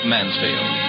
Mansfield